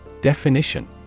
definition